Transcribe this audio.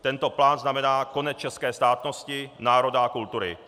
Tento plán znamená konec české státnosti, národa a kultury.